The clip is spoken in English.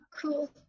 Cool